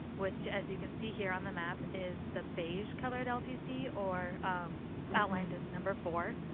which, as you can see here on the map, is the beige-colored lcc. or outlined as number four.